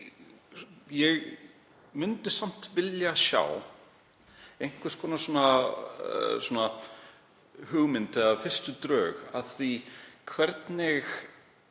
ég myndi samt vilja sjá einhvers konar hugmynd eða fyrstu drög að því hvernig